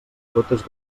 totes